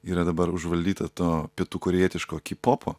yra dabar užvaldyta to pietų korėjietiško kipopo